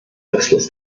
restlos